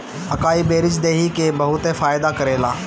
अकाई berries देहि के बहुते फायदा करेला